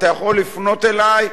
אתה יכול לפנות אלי,